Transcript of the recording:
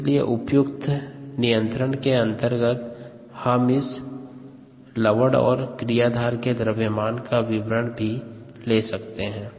इसलिए उपयुक्त नियंत्रण के अंतर्गत हम लवण और क्रियाधार के द्रव्यमान का विवरण भी ले सकते हैं